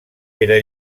pere